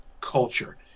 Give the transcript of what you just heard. culture